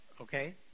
Okay